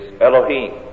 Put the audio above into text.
Elohim